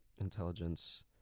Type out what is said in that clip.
intelligence